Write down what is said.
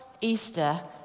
Easter